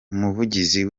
umuvugizi